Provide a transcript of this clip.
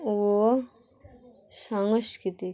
ও সংস্কৃতি